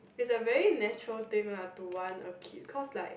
is a very natural thing lah to want a kid cause like